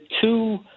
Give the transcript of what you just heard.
two